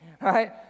right